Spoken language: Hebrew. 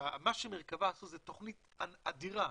תכנית מרכבה היא תכנית אדירה,